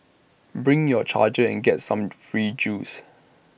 bring your charger and get some free juice